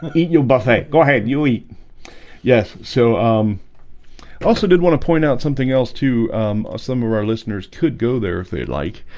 you buffet. go ahead you eat yes, so um also, did want to point out something else to ah some of our listeners could go there if they like?